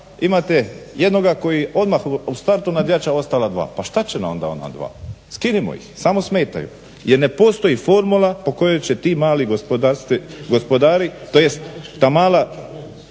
imate jednoga koji odmah u startu nadjača ostala dva. Pa šta će nam onda ona dva? Skinimo ih, samo smetaju jer ne postoji formula po kojoj će ti mali gospodari, tj. ta mala